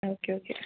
okay okay